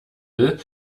will